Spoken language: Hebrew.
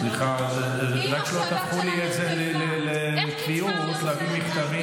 סליחה, רק שלא תהפכו לי את זה, לא אמרתי עליך.